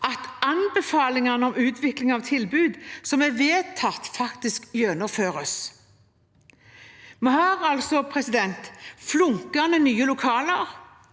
at anbefalingene om utvikling av tilbud som er vedtatt, faktisk gjennomføres. Vi har altså flunkende nye lokaler